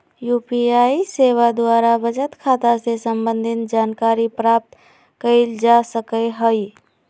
UPI सेवा द्वारा बचत खता से संबंधित जानकारी प्राप्त कएल जा सकहइ